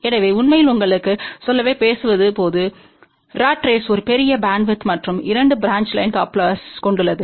எனவே உண்மையில் உங்களுக்குச் சொல்லவே பேசுவது பொது ராட் ரேஸ் ஒரு பெரிய பேண்ட்வித் மற்றும் 2 பிரான்ச் லைன் கப்லெர்ஸ்களைக் கொண்டுள்ளது